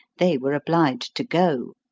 they were obliged to go.